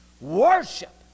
Worship